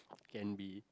can be